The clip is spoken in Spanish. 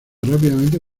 rápidamente